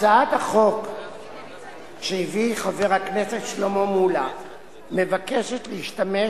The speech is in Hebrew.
הצעת החוק שהביא חבר הכנסת שלמה מולה מבקשת להשתמש